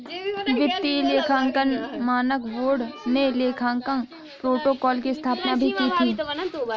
वित्तीय लेखांकन मानक बोर्ड ने लेखांकन प्रोटोकॉल की स्थापना भी की थी